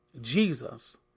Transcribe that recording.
Jesus